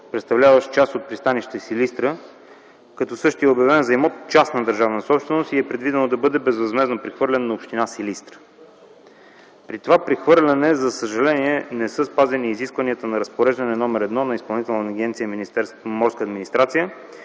представляващ част от пристанище Силистра, като същият е обявен за имот частна държавна собственост и е предвидено да бъде безвъзмездно прехвърлен на община Силистра. При това прехвърляне, за съжаление, не са спазени изискванията на Разпореждане № 1 на Изпълнителна